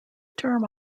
term